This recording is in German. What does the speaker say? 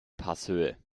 passhöhe